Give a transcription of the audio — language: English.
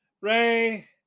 Ray